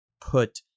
put